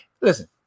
Listen